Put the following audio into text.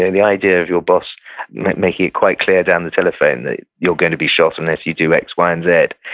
the idea of your boss making it quite clear down the telephone that you're going to be shot unless you do x, y and zed.